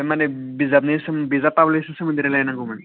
माने बिजाबनि सोमोन्दै बिजाब फाब्लिसनि सोमोन्दै रायलायनांगौमोन